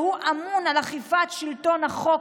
שהוא אמון על אכיפת שלטון החוק: